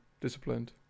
disciplined